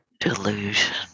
delusion